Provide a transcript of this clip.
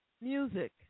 Music